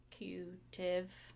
executive